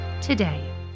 today